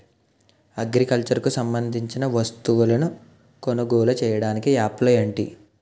Agriculture కు సంబందించిన వస్తువులను కొనుగోలు చేయటానికి యాప్లు ఏంటి?